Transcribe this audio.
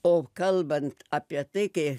o kalbant apie tai kai